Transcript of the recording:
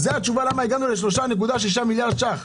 זה התשובה למה הגענו ל-3.6 מיליארד שקל.